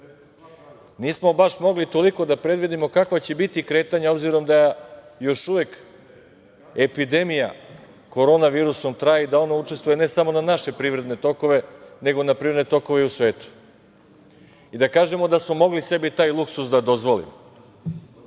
nismo baš mogli toliko da predvidimo kakva će biti kretanja s obzirom da još uvek epidemija korona virusom traje i da ona učestvuje ne samo na naše privredne tokove nego na privredne tokove u svetu. Možemo da kažemo da smo mogli sebi taj luksuz da dozvolimo,